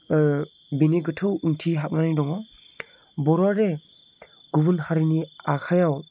बिनि गोथौ ओंथि हाबनानै दङ बर'आदि गुबुन हारिनि आखायाव